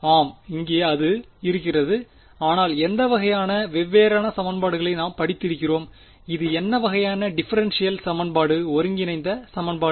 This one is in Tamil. ஆம் இங்கே அது இருக்கிறது ஆனால் எந்த வகையான வெவ்வேறு சமன்பாடுகளை நாம் படித்திருக்கிறோம் இது என்ன வகையான டிஃபரென்ஷியல் சமன்பாடு ஒருங்கிணைந்த சமன்பாடு